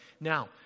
Now